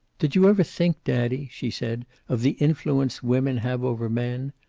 did you ever think, daddy, she said, of the influence women have over men?